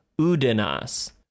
Udenas